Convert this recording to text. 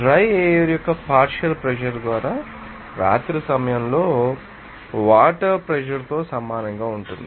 dryer యొక్క partial pressure ద్వారా రాత్రి సమయంలో వాటర్ ప్రెషర్ తో సమానంగా ఉంటుంది